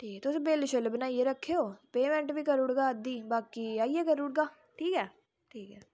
ते तुस बिल शिल बनाई रक्खे ओ पैमेंट बी देई ओड़गा अद्धी बाकी आइयै करी ओड़गा ठीक ऐ